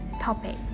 topic